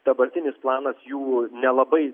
dabartinis planas jų nelabai